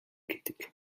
гэдэг